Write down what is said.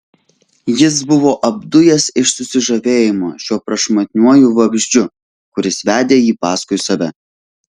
jis buvo apdujęs iš susižavėjimo šiuo prašmatniuoju vabzdžiu kuris vedė jį paskui save